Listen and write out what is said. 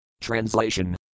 Translation